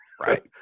Right